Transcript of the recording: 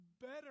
better